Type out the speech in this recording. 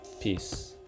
Peace